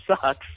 sucks